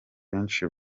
benshi